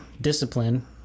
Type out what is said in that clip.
discipline